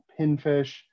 pinfish